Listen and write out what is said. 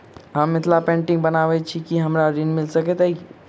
हम मिथिला पेंटिग बनाबैत छी की हमरा ऋण मिल सकैत अई?